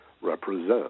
represent